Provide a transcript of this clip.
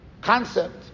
concept